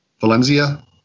Valencia